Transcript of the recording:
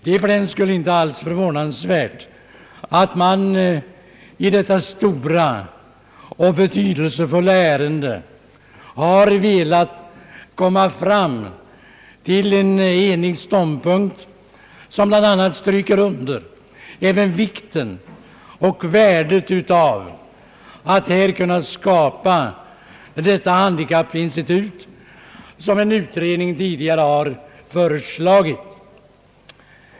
Det är för den skull inte alls förvånansvärt att man i detta stora och betydelsefulla ärende har velat få en enig ståndpunkt. Man understryker därmed bl.a. vikten och värdet av att kunna skapa detta handikappinstitut, som en utredning tidigare föreslagit.